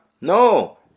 No